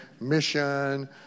mission